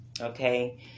Okay